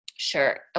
Sure